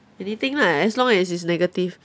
anything lah as long as it's negative